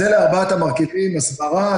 אז אלה ארבעת המרכיבים: הסברה,